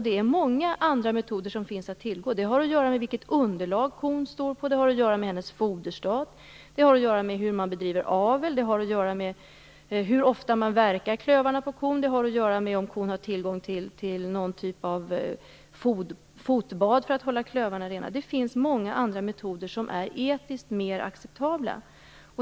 Det har att göra med vilket underlag kon står på, hennes foderstat, hur man bedriver avel, hur ofta man verkar kons klövar och om kon har tillgång till någon typ av fotbad för att hålla klövarna rena. Det finns många andra metoder som är etiskt mer acceptabla.